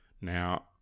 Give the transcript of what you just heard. Now